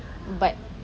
but